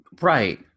Right